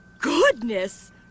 Goodness